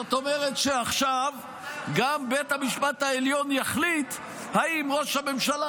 זאת אומרת שעכשיו בית המשפט העליון גם יחליט אם ראש הממשלה,